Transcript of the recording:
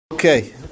Okay